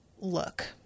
look